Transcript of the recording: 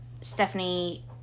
Stephanie